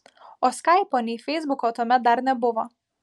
o skaipo nei feisbuko tuomet dar nebuvo